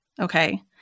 okay